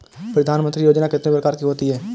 प्रधानमंत्री योजना कितने प्रकार की होती है?